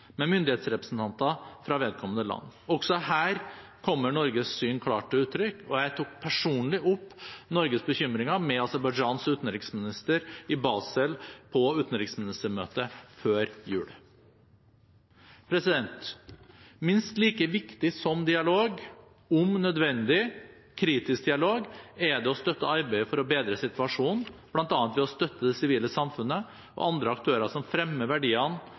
med myndighetsrepresentanter fra vedkommende land. Også her kommer Norges syn klart til uttrykk. Jeg tok personlig opp Norges bekymringer med Aserbajdsjans utenriksminister på utenriksministermøtet i Basel før jul. Minst like viktig som dialog – om nødvendig, kritisk dialog – er det å støtte arbeidet for å bedre situasjonen, bl.a. ved å støtte det sivile samfunnet og andre aktører som fremmer verdiene